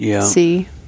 see